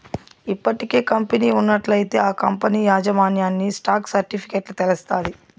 ఇప్పటికే కంపెనీ ఉన్నట్లయితే ఆ కంపనీ యాజమాన్యన్ని స్టాక్ సర్టిఫికెట్ల తెలస్తాది